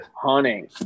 Hunting